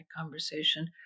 conversation